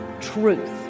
truth